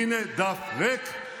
הינה דף ריק,